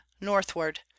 northward